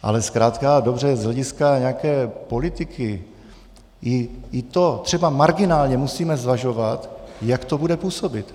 Ale zkrátka a dobře z hlediska nějaké politiky i třeba marginálně musíme zvažovat, jak to bude působit.